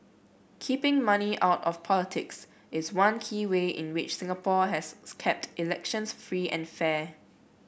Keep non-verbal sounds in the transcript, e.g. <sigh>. keeping money out of politics is one key way in which Singapore has <unintelligible> kept elections free and fair